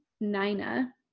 nina